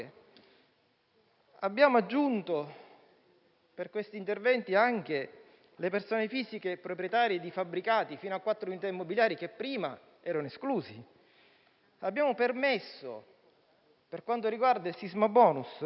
abbiamo aggiunto per questi interventi anche le persone fisiche proprietarie di fabbricati fino a quattro unità immobiliari, che prima erano escluse. Abbiamo permesso di aumentare le somme per il sisma *bonus*